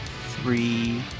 Three